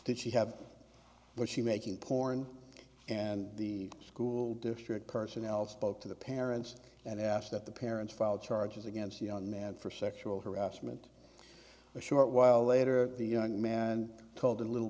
did she have but she making porn and the school district personnel spoke to the parents and asked that the parents file charges against the young man for sexual harassment a short while later the young man told the little